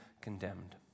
condemned